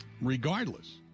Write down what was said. regardless